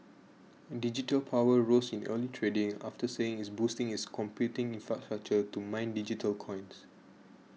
Digital Power rose in early trading after saying it's boosting its computing infrastructure to mine digital coins